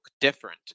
different